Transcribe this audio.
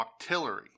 octillery